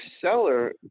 seller